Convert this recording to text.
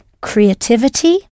Creativity